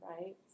right